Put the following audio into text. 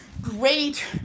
great